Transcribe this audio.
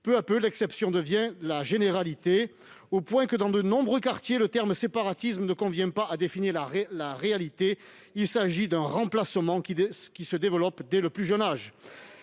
Peu à peu, l'exception devient la généralité, au point que, dans de nombreux quartiers, le terme de « séparatisme » ne convient pas pour définir la réalité : il s'agit plutôt d'un remplacement qui se développe dès le plus jeune âge.